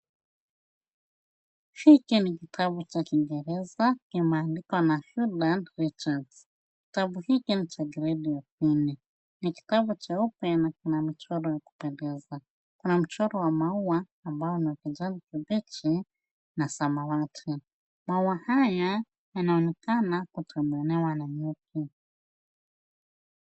Hiki ni kitabu cha kingereza kimeandikwa na Haydn Richards. Kitabu hiki ni cha grade ya pili. Ni kitabu cheupe na kina michoro ya kupendeza. Kuna mchoro wa maua ambao ni wa kijani kibichi na samawati. Maua haya yanaonekana kutembelewa na mti.